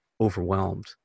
overwhelmed